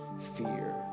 fear